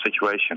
situation